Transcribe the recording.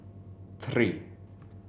three